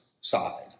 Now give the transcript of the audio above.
side